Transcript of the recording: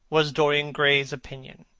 was dorian gray's opinion.